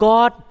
God